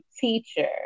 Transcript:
teacher